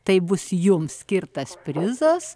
taip bus jums skirtas prizas